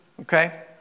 Okay